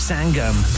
Sangam